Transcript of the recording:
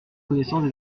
connaissance